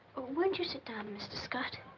and you sit down, mr. scott? ah,